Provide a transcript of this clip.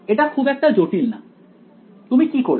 এটা খুব একটা জটিল না তুমি কি করবে